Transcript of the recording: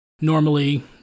normally